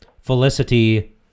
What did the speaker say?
felicity